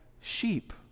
sheep